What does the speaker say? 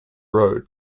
road